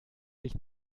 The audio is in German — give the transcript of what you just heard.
sich